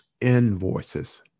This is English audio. invoices